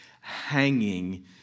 hanging